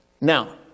Now